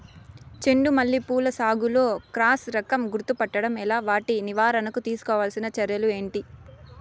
చెండు మల్లి పూల సాగులో క్రాస్ రకం గుర్తుపట్టడం ఎలా? వాటి నివారణకు తీసుకోవాల్సిన చర్యలు ఏంటి?